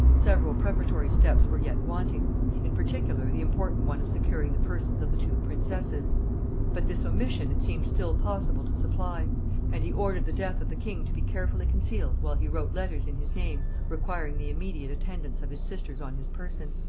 several preparatory steps were yet wanting in particular the important one of securing the persons of the two princesses but this omission it seemed still possible to supply and he ordered the death of the king to be carefully concealed, while he wrote letters in his name requiring the immediate attendance of his sisters on his person.